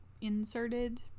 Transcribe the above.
Inserted